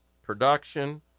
production